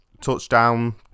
touchdown